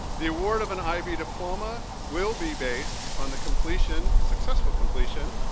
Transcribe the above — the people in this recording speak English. the award of an ivy diploma will be based on the completion, successful completion,